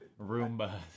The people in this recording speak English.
Roomba